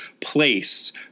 place